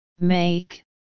make